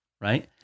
Right